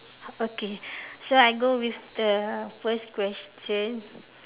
okay so I go with the first question